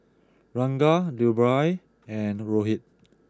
Ranga Dhirubhai and Rohit